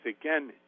again